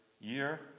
year